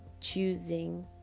choosing